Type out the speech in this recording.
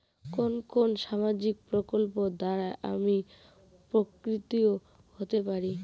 কোন কোন সামাজিক প্রকল্প দ্বারা আমি উপকৃত হতে পারি?